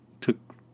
Took